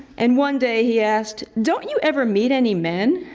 and one day he asked, don't you ever meet any men?